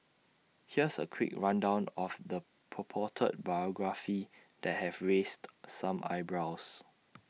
here's A quick rundown of the purported biography that have raised some eyebrows